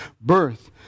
birth